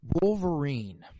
Wolverine